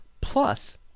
plus